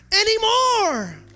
anymore